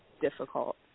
difficult